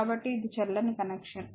కాబట్టి ఇది చెల్లని కనెక్షన్